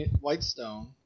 Whitestone